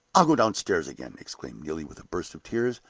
i'll go downstairs again! exclaimed neelie, with a burst of tears.